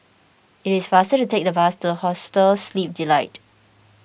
it is faster to take the bus to Hostel Sleep Delight